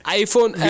iPhone